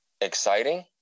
Exciting